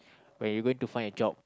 where you going to find a job